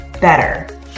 better